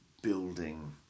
building